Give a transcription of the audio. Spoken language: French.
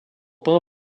pain